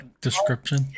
description